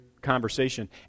conversation